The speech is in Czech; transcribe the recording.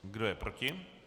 Kdo je proti?